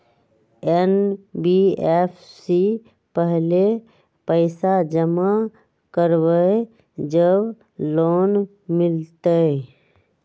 NBFC पहले पईसा जमा करवहई जब लोन मिलहई?